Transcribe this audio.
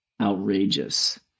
outrageous